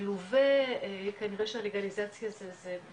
מלווה, כנראה שאנחנו